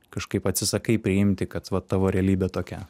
kažkaip atsisakai priimti kad va tavo realybė tokia